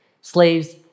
Slaves